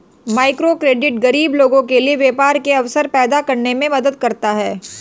microcredit गरीब लोगों के लिए व्यापार के अवसर पैदा करने में मदद करता है